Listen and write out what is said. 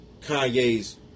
Kanye's